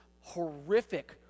horrific